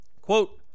Quote